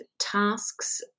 tasks